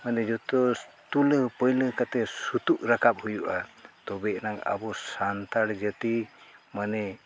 ᱢᱟᱱᱮ ᱡᱚᱛᱚ ᱛᱩᱞᱟᱹ ᱯᱟᱹᱭᱞᱟᱹ ᱠᱟᱛᱮ ᱥᱩᱛᱩᱜ ᱨᱟᱠᱟᱵ ᱦᱩᱭᱩᱜᱼᱟ ᱛᱚᱵᱮᱭᱮᱱᱟᱝ ᱟᱵᱚ ᱥᱟᱱᱛᱟᱲ ᱡᱟᱹᱛᱤ ᱢᱟᱱᱮ